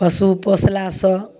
पशु पोसलासँ